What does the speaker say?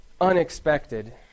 unexpected